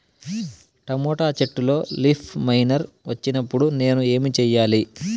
Tomato చెట్టులో leaf miner వచ్చినప్పుడు నేను ఏమి చెయ్యాలి?